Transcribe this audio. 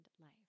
Life